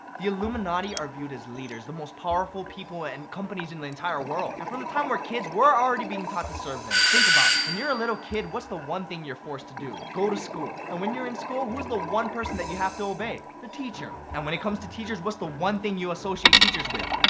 the illuminati are viewed as leaders, the most powerful people and companies in the entire world, and from the time we're kids, we're already being taught to serve them. think about it. when you're a little kid, what's the one thing you're forced to do? go to school. and when you're in school, who's the one person that you have to obey? the teacher. and when it comes to teachers, what's the one thing you associated teachers with?